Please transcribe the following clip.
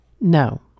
No